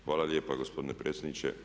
Hvala lijepa gospodine predsjedniče.